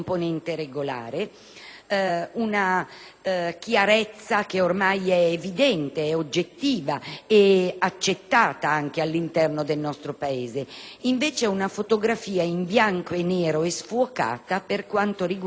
una chiarezza che è ormai evidente, oggettiva e accettata anche all'interno del nostro Paese. Invece, è una fotografia in bianco e nero e sfocata per quanto riguarda i cittadini